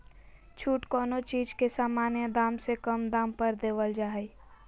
छूट कोनो चीज के सामान्य दाम से कम दाम पर देवल जा हइ